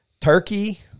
turkey